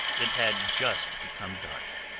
it had just become dark.